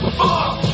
fuck